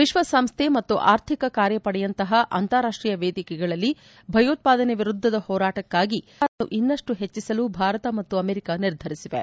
ವಿಶ್ನ ಸಂಸ್ತೆ ಮತ್ತು ಆರ್ಥಿಕ ಕಾರ್ಯಪಡೆಯಂತಹ ಅಂತಾರಾಷ್ತೀಯ ವೇದಿಕೆಗಳಲ್ಲಿ ಭಯೋತ್ಸಾದನೆ ವಿರುದ್ದದ ಹೋರಾಟಕ್ನಾಗಿ ಸಹಕಾರವನ್ನು ಇನ್ನಷ್ಟು ಹೆಚ್ಚಿಸಲು ಭಾರತ ಮತ್ತು ಅಮೆರಿಕ ನಿರ್ಧರಿಸಿವೆ